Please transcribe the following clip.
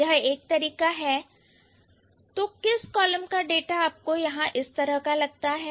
यह एक तरीका है तो किस कॉलम का डाटा आपको इस तरह का लगता है